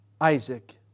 Isaac